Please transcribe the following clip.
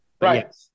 Right